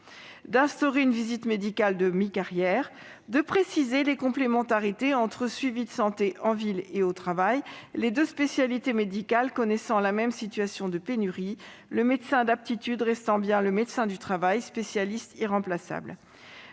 également une visite médicale de mi-carrière et précise les complémentarités entre suivis de santé en ville et au travail. Ces deux spécialités médicales connaissant la même situation de pénurie, le médecin d'aptitude reste bien le médecin du travail, un spécialiste irremplaçable.